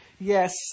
Yes